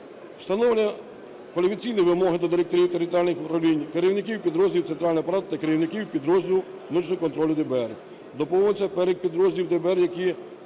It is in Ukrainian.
Встановлення кваліфікаційної вимог до директорів територіальних управлінь, керівників підрозділів центрального апарату та керівників підрозділу внутрішнього контролю ДБР. Доповнюється перелік підрозділів ДБР, які